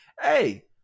hey